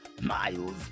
miles